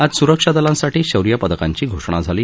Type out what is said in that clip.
आज स्रक्षा दलांसाठी शौर्य पदकांची घोषणा झाली